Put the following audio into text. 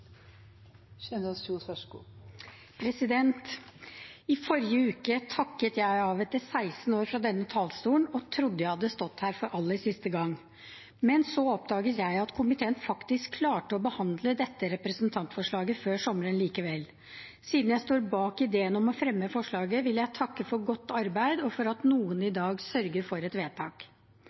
I forrige uke takket jeg av etter 16 år fra denne talerstolen og trodde jeg hadde stått her for aller siste gang. Men så oppdaget jeg at komiteen faktisk klarte å behandle dette representantforslaget før sommeren likevel. Siden jeg står bak ideen om å fremme forslaget, vil jeg takke for godt arbeid og for at noen i dag sørger for et vedtak.